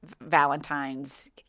Valentine's